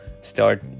start